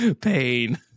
Pain